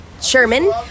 Sherman